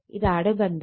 ഇതാണ് ബന്ധം